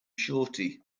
shorty